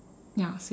ya same